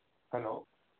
hello